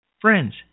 friends